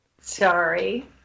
Sorry